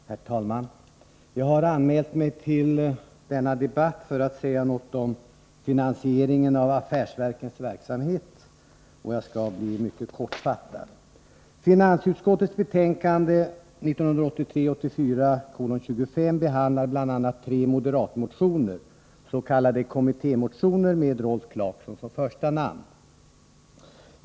Herr talman! Jag har anmält mig till denna debatt för att säga något om finansieringen av affärsverkens verksamhet, och jag skall bli mycket kortfattad. Finansutskottets betänkande 1983/84:25 behandlar bl.a. tre moderatmotioner, s.k. kommittémotioner, med Rolf Clarkson som första namn.